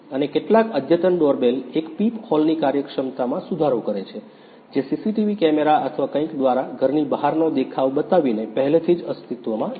અને કેટલાક અદ્યતન ડોરબેલ એક પીપહોલની કાર્યક્ષમતામાં સુધારો કરે છે જે સીસીટીવી કેમેરા અથવા કંઈક દ્વારા ઘરની બહારનો દેખાવ બતાવીને પહેલેથી જ અસ્તિત્વમાં છે